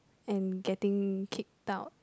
and getting kicked out